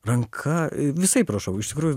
ranka visaip rašau iš tikrųjų